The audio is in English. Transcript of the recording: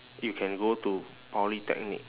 you can go to polytechnic